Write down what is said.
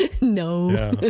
No